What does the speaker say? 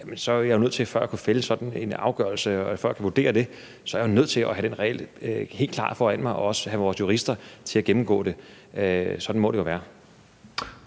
så er jeg jo nødt til, før jeg kan fælde sådan en afgørelse, og før jeg kan vurdere det, at have den regel helt klart foran mig og også have vores jurister til at gennemgå det. Sådan må det jo være.